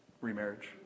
remarriage